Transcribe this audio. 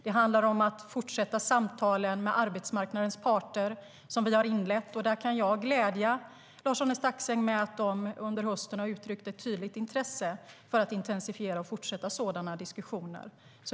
Det handlar om att fortsätta samtalen som vi har inlett med arbetsmarknadens parter. Jag kan glädja Lars-Arne Staxäng med att de under hösten har uttryckt ett tydligt intresse för att fortsätta och intensifiera sådana diskussioner.